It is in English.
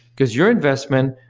because your investment,